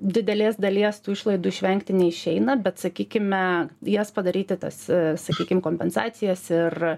didelės dalies tų išlaidų išvengti neišeina bet sakykime jas padaryti tas sakykim kompensacijas ir